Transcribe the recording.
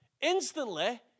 Instantly